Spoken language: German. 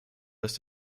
dass